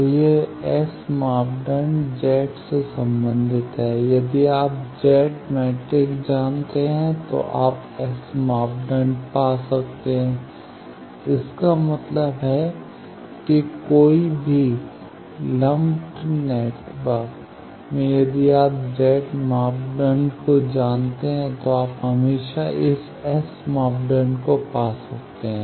तो यह S मापदंड Z से संबंधित है यदि आप Z मैट्रिक्स जानते हैं तो आप S मापदंड पा सकते हैं इसका मतलब है कि कोई भी लंपड नेटवर्क में यदि आप Z मापदंड को जानते हैं तो आप हमेशा इस S मापदंड को पा सकते हैं